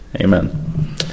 Amen